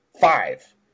Five